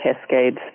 cascades